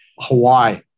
Hawaii